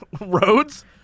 roads